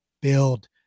build